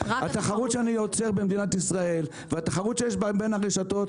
התחרות שאני יוצר במדינת ישראל והתחרות שיש בין הרשתות,